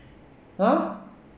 !huh!